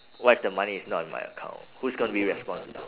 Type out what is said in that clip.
what if the money is not in my account who's gonna be responsible